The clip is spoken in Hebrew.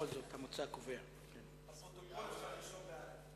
בפרוטוקול אפשר לרשום באל"ף.